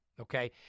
Okay